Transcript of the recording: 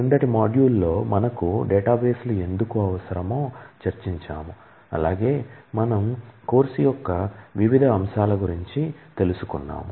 క్రిందటి మాడ్యూల్లో మనకు డేటాబేస్లు ఎందుకు అవసరమో చర్చించాము అలాగే మనం కోర్సు యొక్క వివిధ అంశాల గురించి తెలుసుకున్నాం